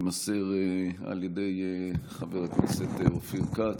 שתימסר על ידי חבר הכנסת אופיר כץ.